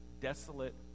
desolate